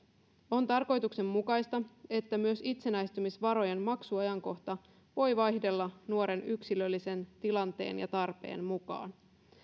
on tarkoituksenmukaista että myös itsenäistymisvarojen maksuajankohta voi vaihdella nuoren yksilöllisen tilanteen ja tarpeen mukaan